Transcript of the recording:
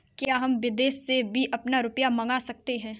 क्या हम विदेश से भी अपना रुपया मंगा सकते हैं?